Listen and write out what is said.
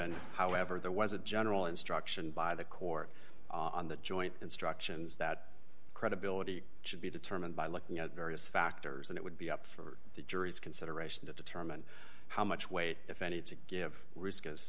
given however there was a general instruction by the court on the joint instructions that credibility should be determined by looking at various factors and it would be up for the jury's consideration to determine how much weight if any to give risk is